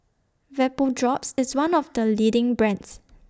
Vapodrops IS one of The leading brands